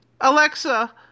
Alexa